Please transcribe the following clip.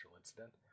incident